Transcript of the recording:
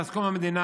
מאז קום המדינה,